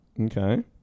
Okay